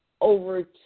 over